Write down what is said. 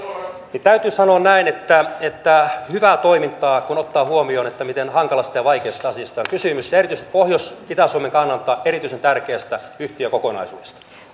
olekaan täytyy sanoa näin että että hyvää toimintaa kun ottaa huomioon miten hankalasta ja vaikeasta asiasta on kysymys ja erityisesti pohjois ja itä suomen kannalta erityisen tärkeästä yhtiökokonaisuudesta